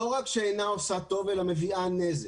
היא לא רק שאינה עושה טוב אלא מביאה נזק.